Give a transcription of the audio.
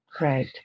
Right